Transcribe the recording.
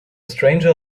stranger